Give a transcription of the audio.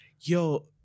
Yo